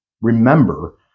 remember